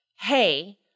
hey